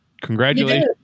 Congratulations